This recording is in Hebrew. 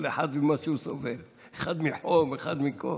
כל אחד ומה שהוא סובל אחד מחום, אחד מקור.